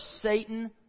Satan